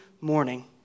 morning